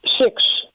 six